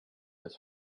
his